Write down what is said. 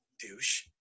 douche